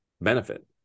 benefit